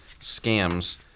scams